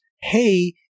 hey